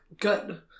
Good